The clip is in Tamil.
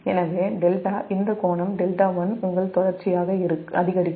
எனவே δ இந்த கோணம் δ1 உங்கள் தொடர்ச்சியாக அதிகரிக்கும்